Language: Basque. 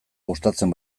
gustatzen